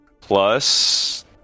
plus